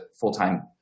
full-time